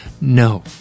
No